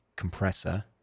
compressor